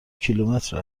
کیلومتر